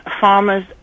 farmers